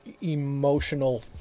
emotional